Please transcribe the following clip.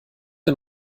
der